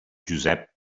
josep